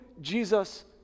Jesus